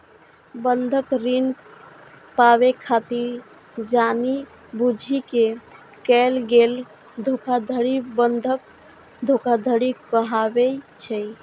बंधक ऋण पाबै खातिर जानि बूझि कें कैल गेल धोखाधड़ी बंधक धोखाधड़ी कहाबै छै